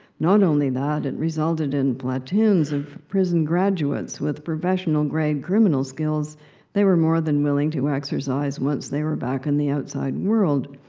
not only that it resulted in platoons of prison graduates with professional-grade criminal skills they were more than willing to exercise once they were back in the outside world.